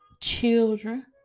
Children